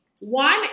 One